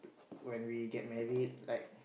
when we get married like